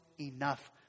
enough